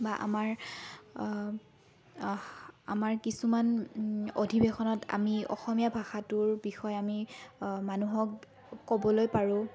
বা আমাৰ আমাৰ কিছুমান অধিৱেশনত আমি অসমীয়া ভাষাটোৰ বিষয়ে আমি মানুহক ক'বলৈ পাৰোঁ